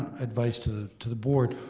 advice to to the board.